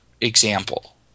example